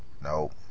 Nope